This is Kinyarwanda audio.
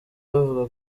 bavuga